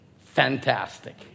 fantastic